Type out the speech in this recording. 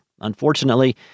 Unfortunately